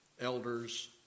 elders